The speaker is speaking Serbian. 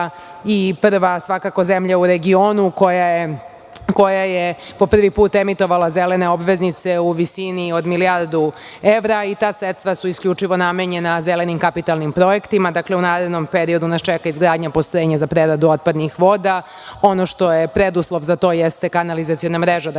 i prva zemlja u regionu koja je po prvi put emitovala zelene obveznice u visini od milijardu evra i ta sredstva su isključivo namenjena zelenim kapitalnim projektima. Dakle, u narednom periodu nas čeka izgradnja postrojenja za preradu otpadnih ovda. Ono što je preduslov za to jeste kanalizaciona mreža